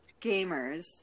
gamers